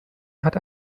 hat